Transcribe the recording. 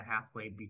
halfway